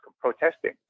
protesting